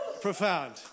Profound